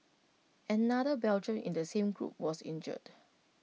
another Belgian in the same group was injured